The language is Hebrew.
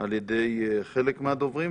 על ידי חלק מהדוברים.